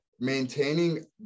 maintaining